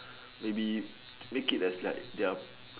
maybe make it as like their